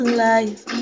life